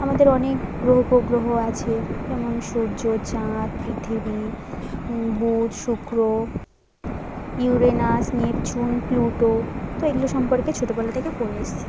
আমাদের অনেক গ্রহ উপগ্রহ আছে যেমন সূর্য চাঁদ পৃথিবী বুধ শুক্র ইউরেনাস নেপচুন প্লুটো তো এগুলো সম্পর্কে ছোটোবেলা থেকে পড়ে এসেছি